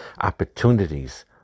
opportunities